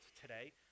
today